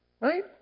right